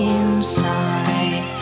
inside